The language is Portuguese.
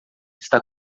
está